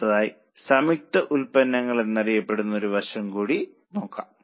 അടുത്തതായി സംയുക്ത ഉൽപ്പന്നങ്ങൾ എന്നറിയപ്പെടുന്ന ഒരു വശം കൂടി നോക്കാം